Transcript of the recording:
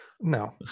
No